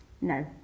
no